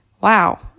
wow